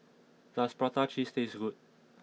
does Prata Cheese taste good